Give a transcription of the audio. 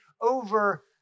over